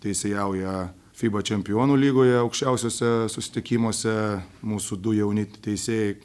teisėjauja fiba čempionų lygoje aukščiausiuose susitikimuose mūsų du jauni teisėjai